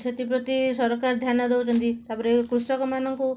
ସେଥିପ୍ରତି ସରକାର ଧ୍ୟାନ ଦେଉଛନ୍ତି ତା'ପରେ କୃଷକମାନଙ୍କୁ